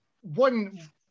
One